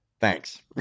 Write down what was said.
thanks